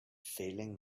feeling